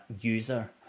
user